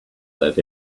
that